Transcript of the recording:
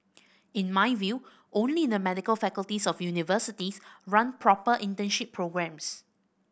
in my view only the medical faculties of universities run proper internship programmes